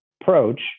approach